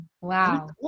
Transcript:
Wow